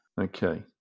Okay